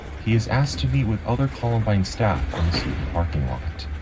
he is asked to meet with other columbine staff in a student parking lot.